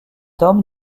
homme